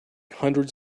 hundreds